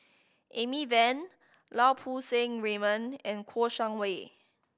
Amy Van Lau Poo Seng Raymond and Kouo Shang Wei